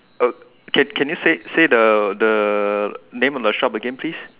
can can you say say the the name of the shop again please